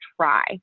try